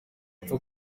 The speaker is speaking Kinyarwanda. apfa